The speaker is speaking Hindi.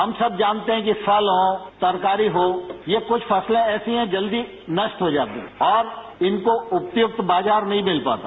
हम सब जानते हैं कि फल हो तरकारी हो ये कुछ फसलें ऐसी हैं जल्द ही नष्ट हो जाती हैं और इनको उपयुक्त बाजार नहीं मिल पाता